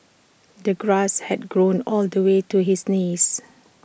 the grass had grown all the way to his knees